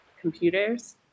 computers